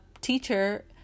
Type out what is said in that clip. teacher